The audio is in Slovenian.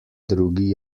drugi